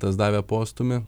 tas davė postūmį